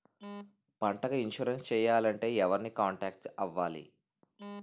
పంటకు ఇన్సురెన్స్ చేయాలంటే ఎవరిని కాంటాక్ట్ అవ్వాలి?